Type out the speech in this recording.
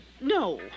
No